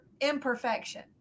imperfection